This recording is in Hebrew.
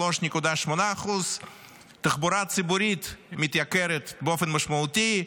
ב-3.8%; תחבורה ציבורית מתייקרת באופן משמעותי,